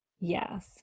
Yes